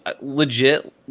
legit